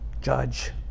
judge